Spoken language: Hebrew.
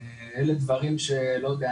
אלה דברים שלא יודע,